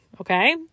Okay